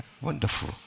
Wonderful